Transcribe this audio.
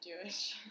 Jewish